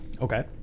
okay